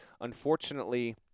unfortunately